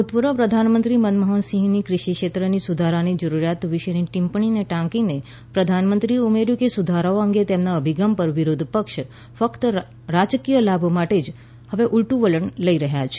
ભૂતપૂર્વ પ્રધાનમંત્રી મનમોહન સિંઘની કૃષિ ક્ષેત્રે સુધારાની જરૂરિયાત વિશેની ટિપ્પણીને ટાંકીને પ્રધાનમંત્રીએ ઉમેર્યું કે સુધારાઓ અંગેના તેમના અભિગમ પર વિરોધ પક્ષો ફક્ત રાજકીય લાભ માટે જ હવે ઉલટું વલણ લઇ રહ્યા છે